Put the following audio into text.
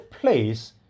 place